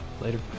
later